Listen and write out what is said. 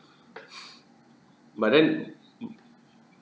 but then